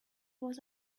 was